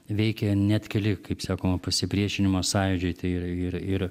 veikė net keli kaip sakoma pasipriešinimo sąjūdžiai ir ir ir